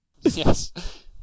Yes